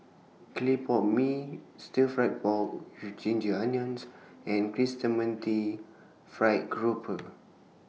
Clay Pot Mee Stir Fried Pork with Ginger Onions and Chrysanmumty Fried Grouper